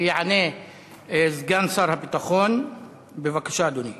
יענה סגן שר הביטחון, בבקשה, אדוני.